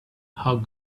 how